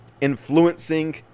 influencing